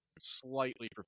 slightly